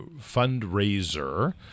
fundraiser